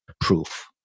proof